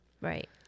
Right